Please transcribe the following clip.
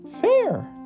fair